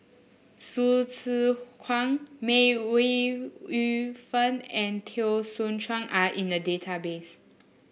Hsu Tse Kwang May Ooi Yu Fen and Teo Soon Chuan are in the database